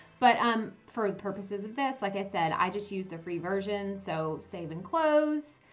but um for the purposes of this, like i said, i just use the free version. so save and close.